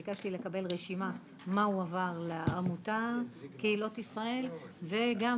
ביקשתי לקבל רשימה מה הועבר לעמותת קהילות ישראל וגם